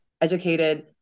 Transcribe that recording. educated